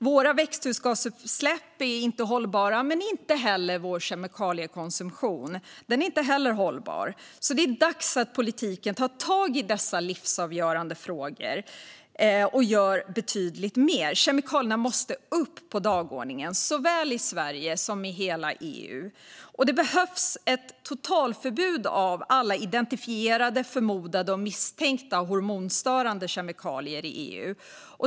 Våra växthusgasutsläpp är inte hållbara, men det är inte heller vår kemikaliekonsumtion. Det är dags att politiken tar tag i dessa livsavgörande frågor och gör betydligt mer. Kemikalierna måste upp på dagordningen såväl i Sverige som i hela EU. Det behövs ett totalförbud av alla identifierade, förmodade och misstänkta hormonstörande kemikalier i EU.